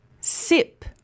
Sip